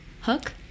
Hook